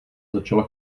začala